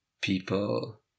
people